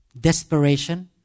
Desperation